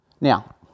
Now